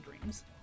dreams